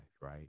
right